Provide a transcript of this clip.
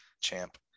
Champ